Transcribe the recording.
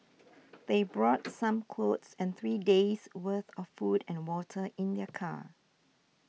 they brought some clothes and three days' worth of food and water in their car